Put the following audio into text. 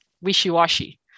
wishy-washy